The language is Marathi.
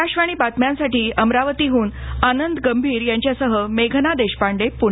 आकाशवाणी बातम्यांसाठी अमरावतीहन आनंद गभीर यांच्यासह मेघना देशपांडे पुणे